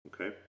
Okay